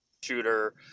shooter